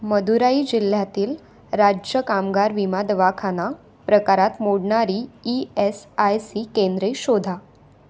मदुराई जिल्ह्यातील राज्य कामगार विमा दवाखाना प्रकारात मोडणारी ई एस आय सी केंद्रे शोधा